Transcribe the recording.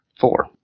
Four